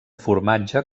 formatge